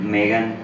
Megan